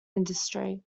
industry